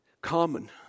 common